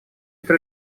это